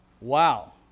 wow